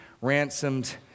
Ransomed